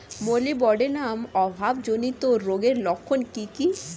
Molybdenum অভাবজনিত রোগের লক্ষণ কি কি?